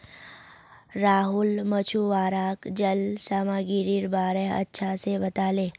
राहुल मछुवाराक जल सामागीरीर बारे अच्छा से बताले